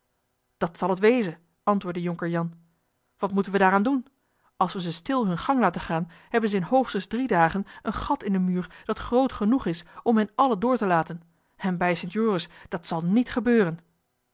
dat zal het wezen antwoordde jonker jan wat moeten we daaraan doen als we ze stil hun gang laten gaan hebben ze in hoogstens drie dagen een gaf in den muur dat groot genoeg is om hen allen door te laten en bij st joris dat zal niet gebeuren